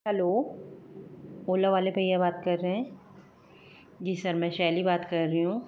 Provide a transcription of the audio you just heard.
hello Ola वाले भैया बात कर रहे हैं जी सर मैं शैली बात कर रही हूँ